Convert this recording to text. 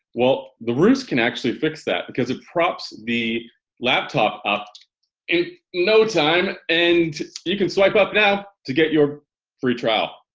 well the roost can actually fix that because it props the laptop up in no time and you can swipe up now to get your free trial.